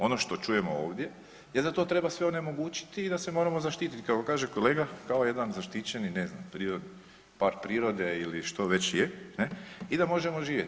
Ono što čujemo ovdje je da to treba sve onemogućiti i da se moramo zaštititi kako kaže kolega, kao jedan zaštićeni ne znam, prirodni, park prirode ili što već je, ne, i da možemo živjeti.